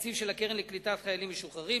התקציב של הקרן לקליטת חיילים משוחררים.